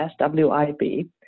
SWIB